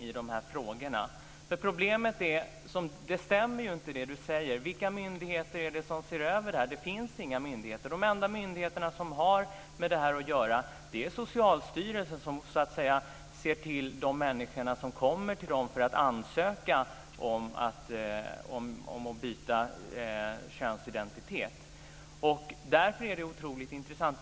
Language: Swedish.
Problemet är att det inte stämmer som Kent Härstedt säger. Vilka myndigheter är det som ser över det här? Det finns inga myndigheter. Den enda myndighet som har med det här att göra är Socialstyrelsen, som så att säga ser till de människor som kommer till dem för att ansöka om att byta könsidentitet. Därför är det här otroligt intressant.